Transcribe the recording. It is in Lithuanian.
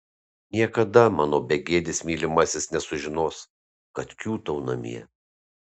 niekada mano begėdis mylimasis nesužinos kad kiūtau namie